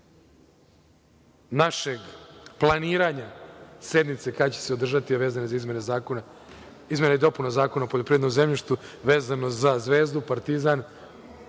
našeg planiranja sednice, kada će se održati, a vezano je za izmene i dopune Zakona o poljoprivrednom zemljištu, vezano za Zvezdu, Partizan.